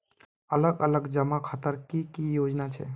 अलग अलग जमा खातार की की योजना छे?